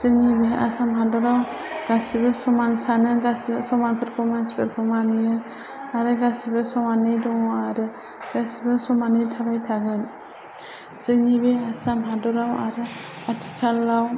जोंनि बे आसाम हादोराव गासिबो समान सानो गासिबो समानफोरखौ मानसिफोरखौ मानियो आरो गासिबो समानै दङ आरो गासिबो समानै थाबाय थागोन जोंनि बे आसाम हादोराव आरो आथिखालाव